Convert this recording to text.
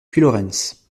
puylaurens